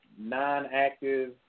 non-active